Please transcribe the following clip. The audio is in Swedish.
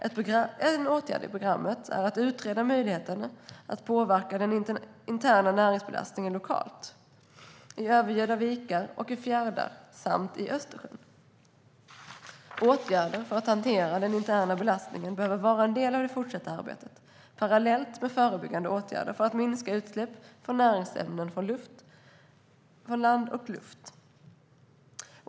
En åtgärd i programmet är att utreda möjligheter att påverka den interna näringsbelastningen lokalt i övergödda vikar och fjärdar samt i Östersjön. Åtgärder för att hantera den interna belastningen behöver vara en del i det fortsatta arbetet, parallellt med förebyggande åtgärder för att minska utsläpp av näringsämnen från land och luft.